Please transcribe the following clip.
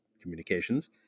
communications